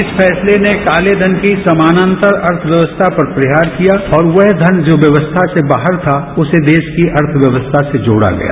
इस फैसले ने कालंघन की समानांतर अर्थव्यवस्थापर प्रहार किया और वह धन जो व्यवस्था से बाहर था उसे देश की अर्थव्यवस्था से जोड़ागया